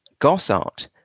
Gossart